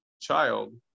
child